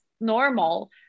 normal